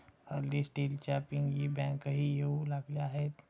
हल्ली स्टीलच्या पिगी बँकाही येऊ लागल्या आहेत